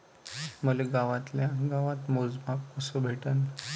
मले गावातल्या गावात मोजमाप कस भेटन?